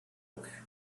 book